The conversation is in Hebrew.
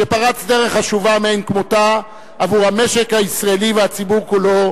שפרץ דרך חשובה מאין כמותה עבור המשק הישראלי והציבור כולו,